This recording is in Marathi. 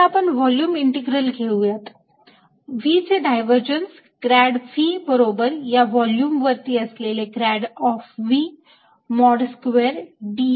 आता आपण व्हॉल्युम इंटीग्रल घेऊया V चे डायव्हर्जन्स ग्रॅड V बरोबर या व्हॉल्यूम वरती असलेले grad of V mod square d